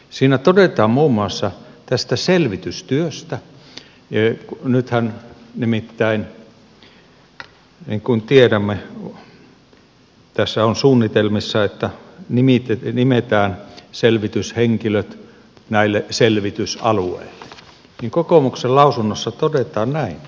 siinä todetaan muun muassa tästä selvitystyöstä nythän nimittäin niin kuin tiedämme tässä on suunnitelmissa että nimetään selvityshenkilöt näille selvitysalueille kokoomuksen lausunnossa näin